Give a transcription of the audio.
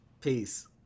peace